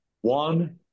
one